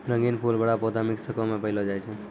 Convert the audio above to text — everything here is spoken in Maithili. रंगीन फूल बड़ा पौधा मेक्सिको मे पैलो जाय छै